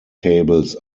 tables